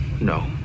No